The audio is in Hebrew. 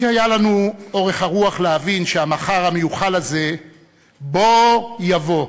כי היה לנו אורך הרוח להבין שהמחר המיוחל הזה בוא יבוא.